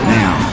now